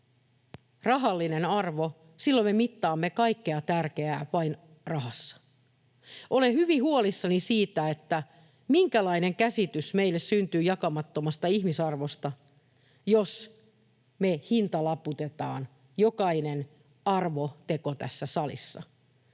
rahallinen arvo. Silloin me mittaamme kaikkea tärkeää vain rahassa. Olen hyvin huolissani siitä, minkälainen käsitys meille syntyy jakamattomasta ihmisarvosta, jos me hintalaputetaan jokainen arvoteko tässä salissa.